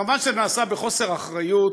מובן שזה נעשה בחוסר אחריות,